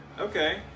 Okay